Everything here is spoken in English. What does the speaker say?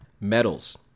metals